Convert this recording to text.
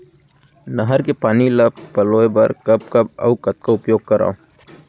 नहर के पानी ल पलोय बर कब कब अऊ कतका उपयोग करंव?